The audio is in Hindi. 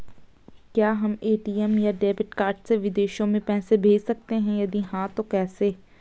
क्या हम ए.टी.एम या डेबिट कार्ड से विदेशों में पैसे भेज सकते हैं यदि हाँ तो कैसे?